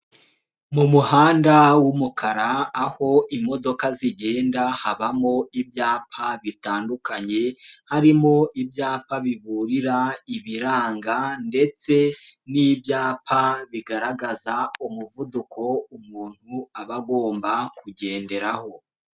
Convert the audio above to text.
Mu muhanda w'umukara aho imodoka zigenda habamo ibyapa bitandukanye harimo ibyapa biburira ibiranga ndetse n'ibyapa bigaragaza umuvuduko umuntu aba agomba kugenderaho.